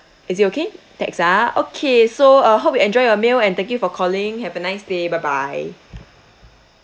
is it okay text ah okay so uh hope you enjoy your meal and thank you for calling have a nice day bye bye